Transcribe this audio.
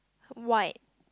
white